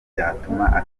byatuma